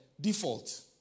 default